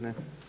Ne.